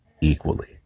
equally